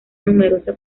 numerosa